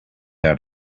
out